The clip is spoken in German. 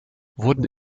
wurden